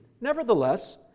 Nevertheless